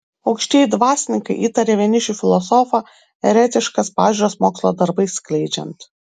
aukštieji dvasininkai įtarė vienišių filosofą eretiškas pažiūras mokslo darbais skleidžiant